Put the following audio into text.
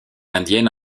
indienne